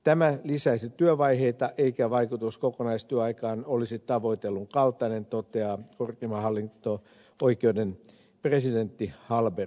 tämä lisäisi työvaiheita eikä vaikutus kokonaistyöaikaan olisi tavoitellun kaltainen toteaa korkeimman hallinto oikeuden presidentti hallberg